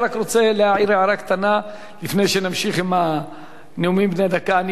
אני רק רוצה להעיר הערה קטנה לפני שנמשיך בנאומים בני דקה.